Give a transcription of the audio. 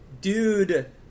Dude